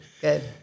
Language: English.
Good